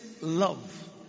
love